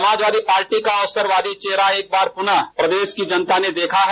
Samajwadi party का अवसरवादी चेहरा एकबार पुनः प्रदेश की जनता ने देखा है